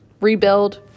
rebuild